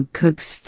cooks